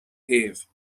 thaobh